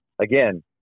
again